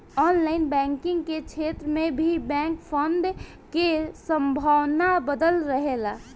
online banking के क्षेत्र में भी बैंक फ्रॉड के संभावना बनल रहेला